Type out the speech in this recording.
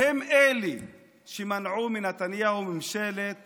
הם שמנעו מנתניהו ממשלת